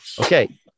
Okay